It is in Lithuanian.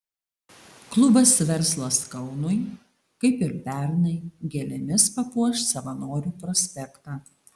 klubas verslas kaunui kaip ir pernai gėlėmis papuoš savanorių prospektą